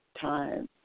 Time